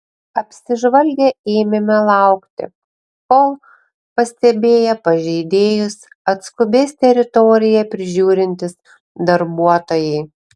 apsižvalgę ėmėme laukti kol pastebėję pažeidėjus atskubės teritoriją prižiūrintys darbuotojai